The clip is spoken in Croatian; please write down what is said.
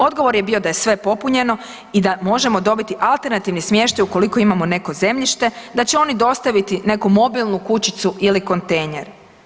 Odgovor je bio da je sve popunjeno i da možemo dobiti alternativni smještaj ukoliko imamo neko zemljište, da će oni dostaviti neku mobilnu kućicu ili kontejner.